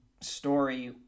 story